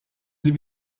sie